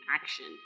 action